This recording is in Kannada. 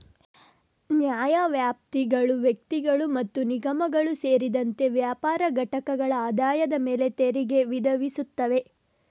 ನ್ಯಾಯವ್ಯಾಪ್ತಿಗಳು ವ್ಯಕ್ತಿಗಳು ಮತ್ತು ನಿಗಮಗಳು ಸೇರಿದಂತೆ ವ್ಯಾಪಾರ ಘಟಕಗಳ ಆದಾಯದ ಮೇಲೆ ತೆರಿಗೆ ವಿಧಿಸುತ್ತವೆ